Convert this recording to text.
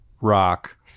rock